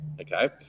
okay